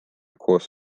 koos